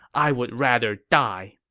i would rather die.